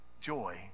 Joy